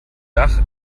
dach